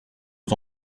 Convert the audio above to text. vos